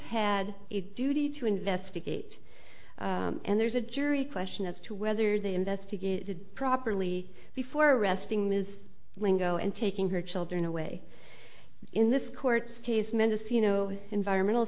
a duty to investigate and there's a jury question as to whether they investigated properly before arresting ms lingo and taking her children away in this court case mendocino environmental